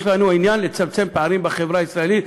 יש לנו עניין לצמצם פערים בחברה הישראלית,